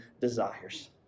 desires